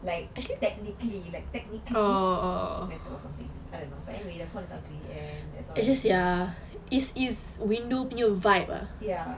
like technically like technically it's better or something I don't know but anyway the font is ugly and that's all ya